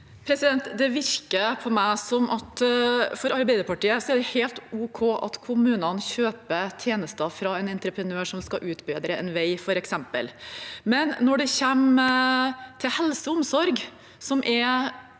for Arbeiderpartiet er helt ok at kommunene kjøper tjenester fra en entreprenør som skal utbedre f.eks. en vei, men når det gjelder helse og omsorg,